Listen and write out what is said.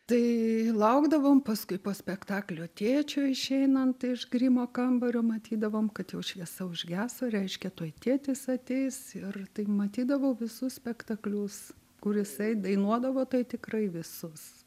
tai laukdavom paskui po spektaklio tėčio išeinant iš grimo kambario matydavom kad jau šviesa užgeso reiškia tuoj tėtis ateis ir tai matydavau visus spektaklius kur jisai dainuodavo tai tikrai visus